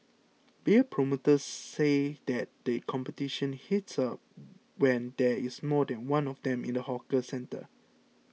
beer promoters say that the competition heats up when there is more than one of them in the hawker centre